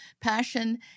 passion